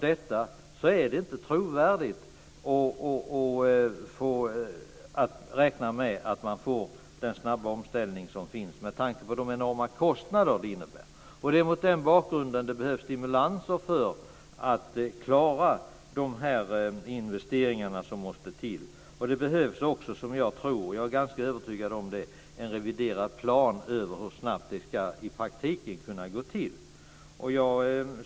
Det är inte trovärdigt att räkna med en så snabb omställning som man kräver, med tanke på de enorma kostnader som det innebär. Mot denna bakgrund behövs det stimulanser för att klara de investeringar som måste till. Jag är också ganska övertygad om att det behövs en reviderad plan över hur snabbt det i praktiken ska kunna gå till.